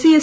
C S